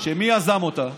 מי יזם אותה?